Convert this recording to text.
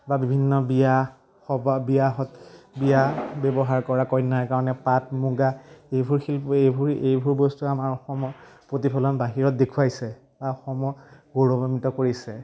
বা বিভিন্ন বিয়া সবাহ বিয়া বিয়া ব্যৱহাৰ কৰা কইনাৰ কাৰণে পাট মুগা এইবোৰ শিল্প এইবোৰ এইবোৰ বস্তুৱে আমাৰ অসমৰ প্ৰতিফলন বাহিৰত দেখুৱাইছে বা অসমক গৌৰৱান্বিত কৰিছে